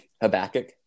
Habakkuk